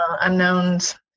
Unknowns